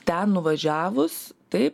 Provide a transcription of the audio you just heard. ten nuvažiavus taip